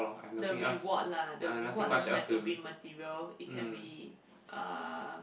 the reward lah the reward doesn't have to be material it can be uh